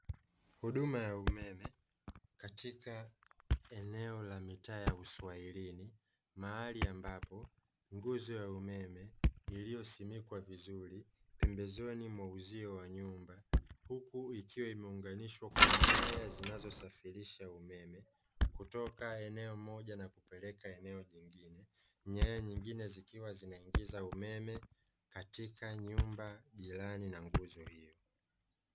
Huduma ya umeme katika eneo la mitaa ya uswahilini, mahali ambapo nguzo ya umeme iliyosimikwa vizuri pembezoni mwa uzio wa nyumba, huku ikiwa imeunganishwa kwa nyaya zinazosafirisha umeme, kutoka eneo moja na kupeleka eneo lingine, nyaya nyingine zikiwa zinaingiza umeme katika nyumba jirani na nguzo hiyo.